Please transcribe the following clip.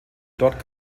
dort